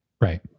Right